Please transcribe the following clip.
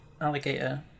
alligator